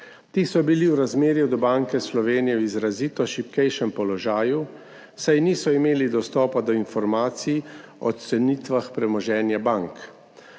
Ti so bili v razmerju do Banke Slovenije v izrazito šibkejšem položaju, saj niso imeli dostopa do informacij o cenitvah premoženja bank.